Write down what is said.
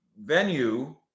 venue